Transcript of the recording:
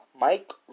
Mike